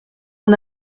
mon